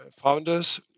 founders